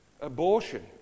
abortion